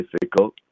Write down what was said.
difficult